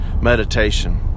meditation